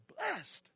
Blessed